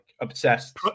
obsessed